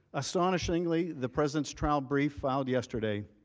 astonishingly, the present trial brief filed yesterday